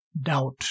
Doubt